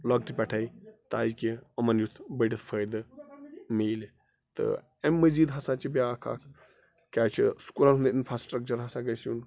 لۄکٹہِ پٮ۪ٹھَے تاکہِ یِمَن یُتھ بٔڑِتھ فٲیدٕ میلہِ تہٕ اَمۍ مٔزیٖد ہسا چھِ بیٛاکھ اَکھ کیٛاہ چھِ سکوٗلَن ہُنٛد اِنفاسٕٹرٛکچَر ہسا گژھِ یُن